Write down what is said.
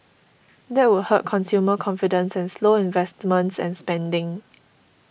that would hurt consumer confidence and slow investments and spending